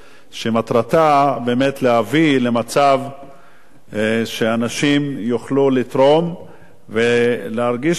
מטרתה באמת להביא למצב שאנשים יוכלו לתרום ולהרגיש תחושה